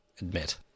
admit